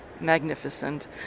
magnificent